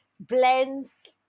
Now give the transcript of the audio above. blends